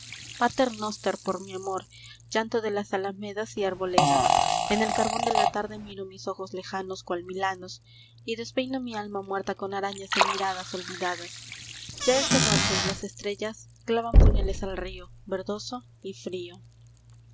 noster por mi amor llanto de las alamedas y arboledas en el carbón de la tarde miro mis ojos lejanos cual milanos y despeino mi alma muerta con arañas de miradas olvidadas ya es de noche y las estrellas clavan puñales al río verdoso y frío